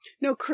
No